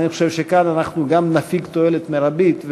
אני חושב שכאן אנחנו גם נפיק תועלת מרבית,